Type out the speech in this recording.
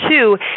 two